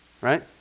Right